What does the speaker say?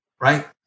right